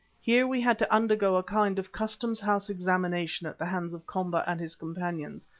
here we had to undergo a kind of customs-house examination at the hands of komba and his companions,